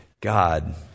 God